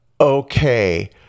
okay